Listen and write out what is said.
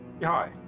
hi